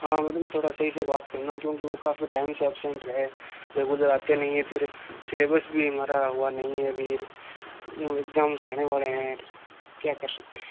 हाँ मैडम थोड़ा सही से बात करना क्योंकि वह काफ़ी टाइम से अब्सेन्ट रहे रेगुलर आते नहीं हैं फिर सिलेबस भी हमारा हुआ नहीं है अभी इग्ज़ाम्स आने वाले हैं क्या कर सकते हैं